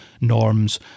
norms